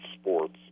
sports